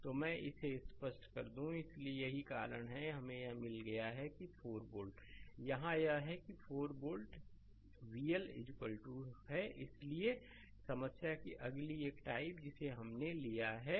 तो मैं इसे स्पष्ट कर दूं इसलिए यही कारण है कि हमें यह मिल गया है कि 4 वोल्ट यहां यह है कि यह 4 वोल्ट VL है इसलिए समस्या की अगली एक टाइप जिसे हमने लिया है